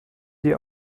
die